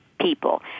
people